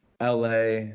LA